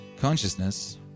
Consciousness